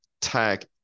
tag